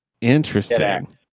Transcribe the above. Interesting